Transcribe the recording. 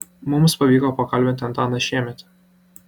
mums pavyko pakalbinti antaną šiemetį